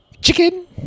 Chicken